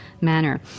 manner